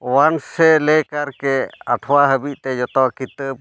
ᱥᱮ ᱞᱮ ᱠᱟᱨᱠᱮ ᱟᱴᱷᱚᱣᱟ ᱦᱟᱹᱵᱤᱡ ᱛᱮ ᱡᱚᱛᱚ ᱠᱤᱛᱟᱹᱵ